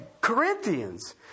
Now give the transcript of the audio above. Corinthians